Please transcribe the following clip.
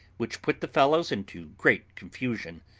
which put the fellows into great confusion,